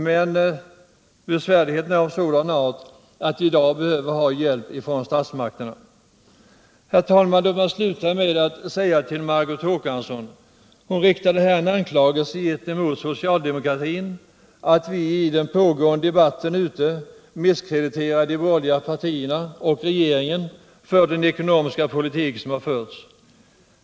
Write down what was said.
Men besvärligheterna är sådana att vi i dag behöver ha hjälp från statsmakterna. Herr talman! Margot Håkansson riktade till slut den anklagelsen emot socialdemokratin att vi i den pågående debatten misskrediterar de borgerliga partierna och regeringen för den ekonomiska politik som förts.